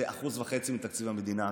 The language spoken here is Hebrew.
זה 1.5% מתקציב המדינה.